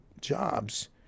jobs